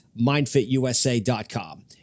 mindfitusa.com